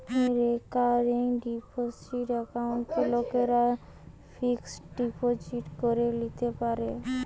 recurring deposit একাউন্টকে লোকরা fixed deposit করে লিতে পারে